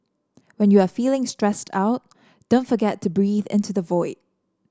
when you are feeling stressed out don't forget to breathe into the void